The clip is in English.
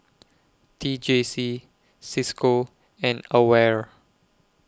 T J C CISCO and AWARE